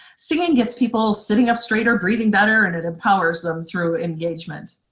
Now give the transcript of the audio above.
singing gets people sitting up straighter, breathing better, and it empowers them through engagement.